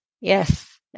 yes